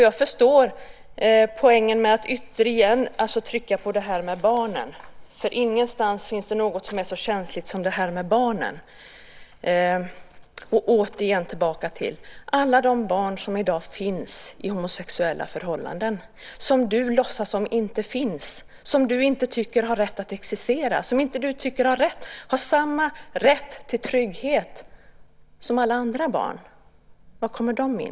Jag förstår poängen med att återigen betona detta med barnen. Ingenstans finns det något som är så känsligt som detta med barnen. Alla de barn som i dag finns i homosexuella förhållanden - som du inte låtsas om att de finns, som du inte tycker har rätt att existera och som du inte tycker har samma rätt till trygghet som alla andra barn - var kommer de in?